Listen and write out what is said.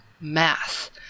math